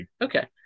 Okay